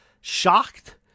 shocked